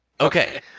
Okay